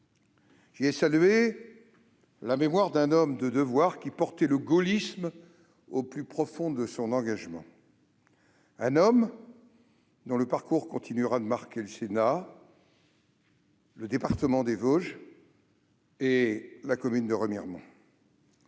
J'ai salué la mémoire d'un homme de devoir qui portait le gaullisme au plus profond de son engagement. Un homme dont le parcours continuera de marquer le Sénat, le département des Vosges et la commune de Remiremont.